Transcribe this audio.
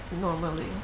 normally